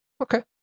okay